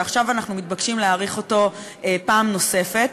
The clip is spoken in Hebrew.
ועכשיו אנחנו מתבקשים להאריך אותו פעם נוספת.